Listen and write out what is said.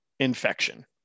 infection